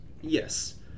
yes